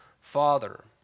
Father